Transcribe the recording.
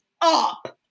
up